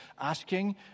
asking